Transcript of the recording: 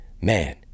man